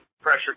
pressure